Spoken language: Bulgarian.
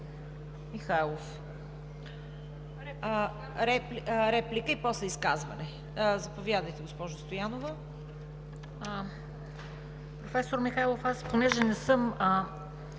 Михайлов. Реплика и после изказване. Заповядайте, госпожо Стоянова.